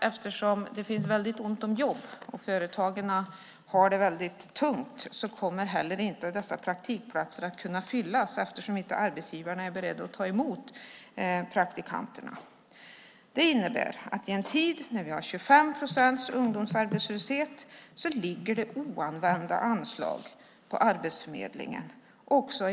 Eftersom det är väldigt ont om jobb och företagen har det väldigt tungt kommer inte heller dessa praktikplatser att fyllas. Arbetsgivarna är inte beredda att ta emot praktikanterna. Det innebär att i en tid när ungdomsarbetslösheten ligger på 25 procent ligger det också i det här fallet oanvända anslag hos Arbetsförmedlingen.